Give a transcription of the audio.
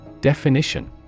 Definition